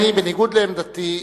אני בניגוד לעמדתי,